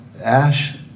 Ash